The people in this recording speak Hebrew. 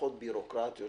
מערכות בירוקרטיות